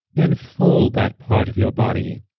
and fold that part of your body